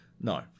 No